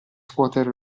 scuoter